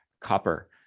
Copper